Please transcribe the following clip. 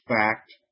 fact